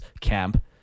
camp